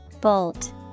Bolt